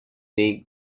dig